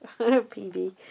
PB